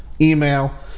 email